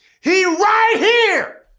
he right here,